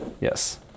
Yes